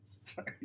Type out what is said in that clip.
sorry